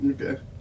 Okay